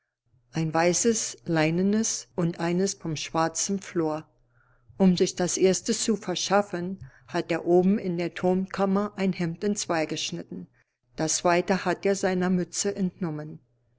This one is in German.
ein weißes leinenes und eines von schwarzem flor um sich das erstere zu verschaffen hat er oben in der turmkammer ein hemd entzwei geschnitten das zweite hat er seiner mütze entnommen